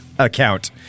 account